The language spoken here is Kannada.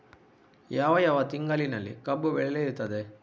ಯಾವ ಯಾವ ತಿಂಗಳಿನಲ್ಲಿ ಕಬ್ಬು ಬೆಳೆಯುತ್ತದೆ?